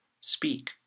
speak